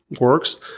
works